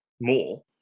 more